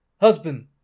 husband